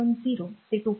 0 ते 2